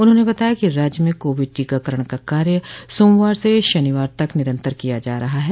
उन्होंने बताया कि राज्य में कोविड टीकाकरण का कार्य सोमवार से शनिवार तक निरन्तर किया जा रहा है